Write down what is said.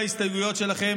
עם כל ההסתייגויות שלכם,